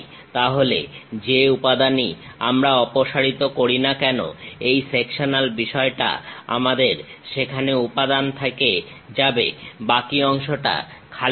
তাহলে যে উপাদানই আমরা অপসারিত করি না কেন এই সেকশনাল বিষয়টা আমাদের সেখানে উপাদান থেকে যাবে বাকি অংশটা খালি থাকবে